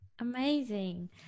Amazing